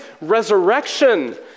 resurrection